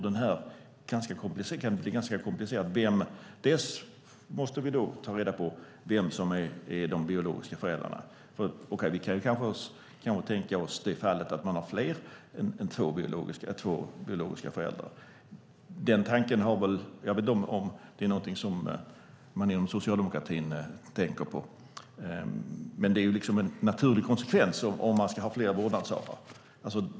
Det kan bli ganska komplicerat om vi måste ta reda på vilka av vårdnadshavarna som är de biologiska föräldrarna, för man kan kanske tänka sig det fallet att man har fler än två föräldrar. Jag vet inte om det är någonting som man inom socialdemokratin tänker på, men det är en naturlig konsekvens om man ska ha flera vårdnadshavare.